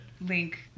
Link